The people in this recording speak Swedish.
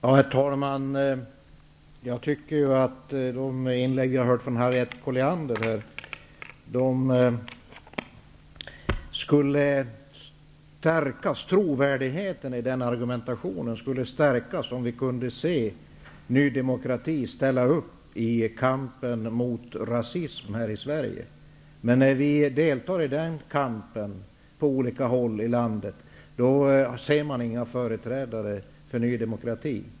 Herr talman! Trovärdigheten i argumentationen i de inlägg som jag har hört från Harriet Colliander skulle stärkas om vi fick se Ny demokrati ställa upp i kampen mot rasism här i Sverige. När vi deltar i den kampen på olika håll i landet ser vi inga företrädare för Ny demokrati.